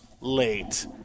late